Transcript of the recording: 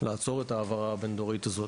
לעצור את ההעברה הבין-דורית הזאת.